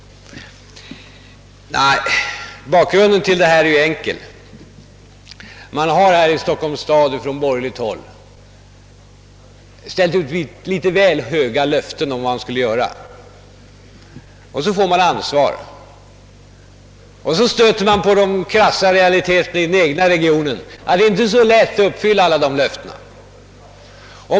Bakgrunden till detta är enkel. Man har från borgerligt håll i Stockholm givit väl stora löften om vad man kan prestera. Sedan får man ansvar och stöter på den krassa realiteten i den egna regionen och finner att det inte är så lätt att uppfylla alla löftena.